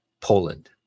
Poland